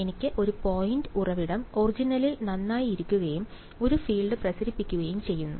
എനിക്ക് ഒരു പോയിന്റ് ഉറവിടം ഒറിജിനലിൽ നന്നായി ഇരിക്കുകയും ഒരു ഫീൽഡ് പ്രസരിപ്പിക്കുകയും ചെയ്യുന്നു